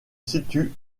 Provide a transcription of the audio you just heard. situe